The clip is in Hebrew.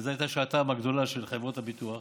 וזאת הייתה שעתן הגדולה של חברות הביטוח,